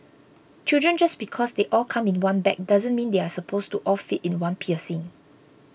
children just because they all come in one bag doesn't mean they are supposed to all fit in one piercing